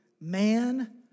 man